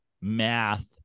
math